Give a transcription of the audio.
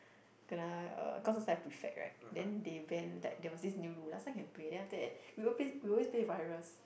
kena uh cause I was like prefect right then they ban that there was this new rule last time can play then after that we will play we always play virus